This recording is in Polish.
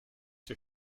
się